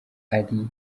ari